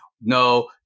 No